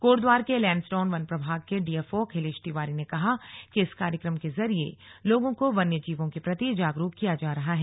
कोटद्वार के लैंसडौन वन प्रभाग के डीएफओ अखिलेश तिवारी ने कहा कि इस कार्यक्रम के जरिये लोगों को वन्य जीवों के प्रति जागरुक किया जा रहा है